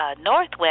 Northwest